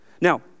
Now